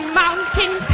mountain